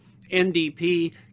NDP